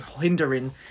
hindering